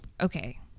okay